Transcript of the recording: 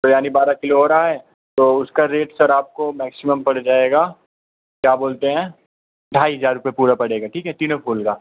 तो यानी बारह किलो हो रहा है तो उसका रेट सर आपको मैक्सिमम पड़ जाएगा क्या बोलते हैं ढाई हज़ार रुपये पूरा पड़ेगा ठीक है तीनों फूल का